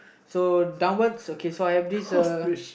so downwards okay so I have this uh